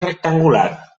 rectangular